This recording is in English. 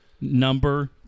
number